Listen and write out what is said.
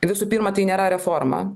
visų pirma tai nėra reforma